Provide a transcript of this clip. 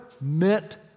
meant